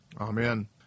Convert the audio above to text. Amen